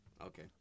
Okay